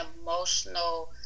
emotional